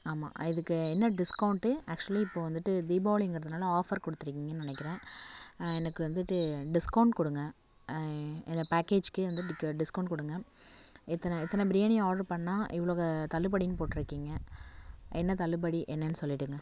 ஆமாம் அ இதுக்கு என்ன டிஸ்கௌண்ட்டு ஆக்சுவலி இப்போது வந்துட்டு தீபாவளிங்கிறதுனால் ஆஃபர் கொடுத்துருக்கீங்க நினைக்கிறேன் எனக்கு வந்துட்டு டிஸ்கௌண்ட் கொடுங்க இந்த பேக்கேஜ்க்கு வந்து டிக்க டிஸ்கௌண்ட் கொடுங்க இத்தனை இத்தனை பிரியாணி ஆர்ட்ரு பண்ணால் இவ்வளோ க தள்ளுபடின்னு போட்டிருக்கீங்க என்ன தள்ளுபடி என்னன்னு சொல்லிவிடுங்க